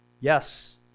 Yes